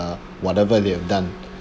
whatever you have done